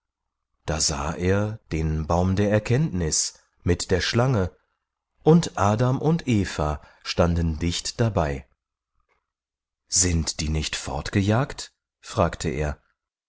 da sah er den baum der erkenntnis mit der schlange und adam und eva standen dicht dabei sind die nicht fortgejagt fragte er